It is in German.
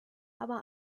aber